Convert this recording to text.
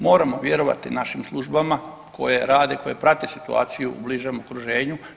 Moramo vjerovati našim službama, koje rade, koje prate situaciju u bližem okruženju.